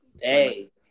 hey